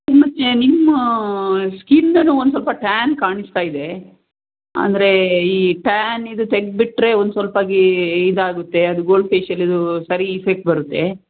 ಮತ್ತು ನಿಮ್ಮ ಸ್ಕಿನ್ನೂ ಒಂದು ಸ್ವಲ್ಪ ಟ್ಯಾನ್ ಕಾಣಿಸ್ತಾ ಇದೆ ಅಂದರೆ ಈ ಟ್ಯಾನಿದು ತೆಗೆದುಬಿಟ್ರೆ ಒಂದು ಸ್ವಲ್ಪಾಗಿ ಇದಾಗುತ್ತೆ ಅದು ಗೋಲ್ಡ್ ಫೇಶಿಯಲಿನದು ಸರಿ ಇಫೆಕ್ಟ್ ಬರುತ್ತೆ